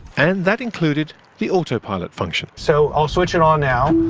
and that included the autopilot function. so i'll switch it on now.